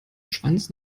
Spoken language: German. schwanz